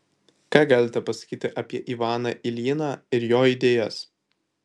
ką galite pasakyti apie ivaną iljiną ir jo idėjas